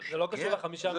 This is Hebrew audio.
זה לא קשור ל-5 מיליארד, אמיר.